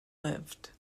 lived